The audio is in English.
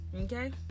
Okay